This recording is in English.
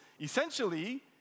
essentially